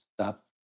stop